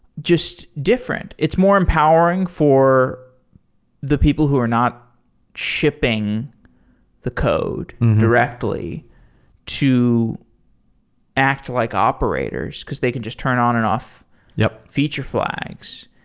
just different. it's more empowering for the people who are not shipping the code directly to act like operators, because they can just turn on and off yeah feature flags.